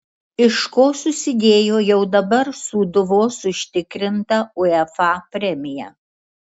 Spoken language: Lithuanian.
iš ko susidėjo jau dabar sūduvos užsitikrinta uefa premija